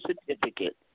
certificate